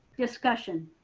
discussion.